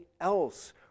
else